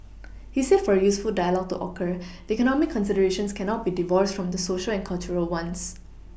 he said for a useful dialogue to occur the economic considerations cannot be divorced from the Social and cultural ones